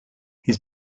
his